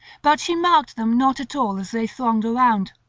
but she marked them not at all as they thronged around.